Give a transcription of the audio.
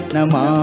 Nama